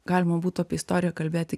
galima būtų apie istoriją kalbėti